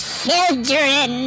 children